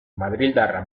madrildarra